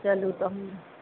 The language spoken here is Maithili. चलू तहन